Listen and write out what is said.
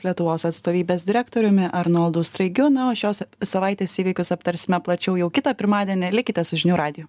lietuvos atstovybės direktoriumi arnoldu straigiu na o šios savaitės įvykius aptarsime plačiau jau kitą pirmadienį likite su žinių radiju